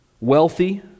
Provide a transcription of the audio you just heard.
wealthy